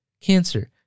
cancer